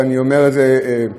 ואני אומר את זה בכנות,